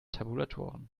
tabulatoren